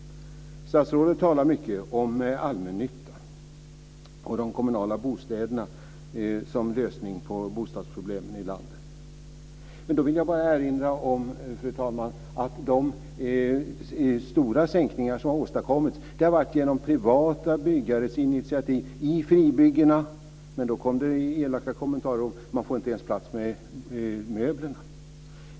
Statsrådet talar mycket om allmännyttan och de kommunala bostäderna som en lösning på bostadsproblemen i landet. Då vill jag erinra om att de stora sänkningar som har åstadkommits har skett i privata byggherrars initiativ i fribyggena. Men då har det varit elaka kommentarer om att inte ens möblerna får plats.